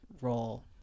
role